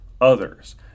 others